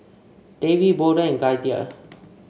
Davey Bolden and Gaither